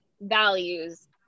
values